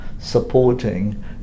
supporting